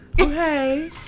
okay